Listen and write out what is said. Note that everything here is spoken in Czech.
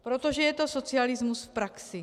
Protože je to socialismus v praxi.